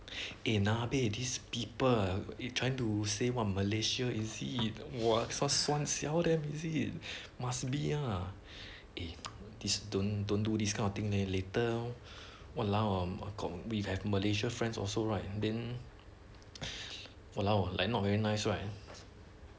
eh nabei these people ah eh trying to say what malaysia is it !wah! this one !wah! suan siao then is it must be ah eh this don't don't do this kind of thing eh later !walao! I got we have malaysia friends also right then !walao! like not very nice right